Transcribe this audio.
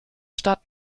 stadt